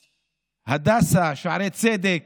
הדסה, שערי צדק,